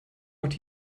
what